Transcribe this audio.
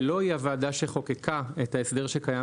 שלא היא הוועדה שחוקקה את ההסדר שקיים